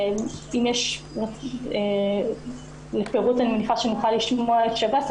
את הפירוט אני מניחה שנוכל לשמוע משב"ס.